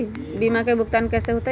बीमा के भुगतान कैसे होतइ?